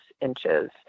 inches